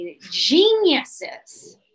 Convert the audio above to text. Geniuses